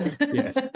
Yes